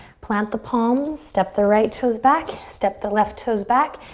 plant the palms, step the right toes back. step the left toes back.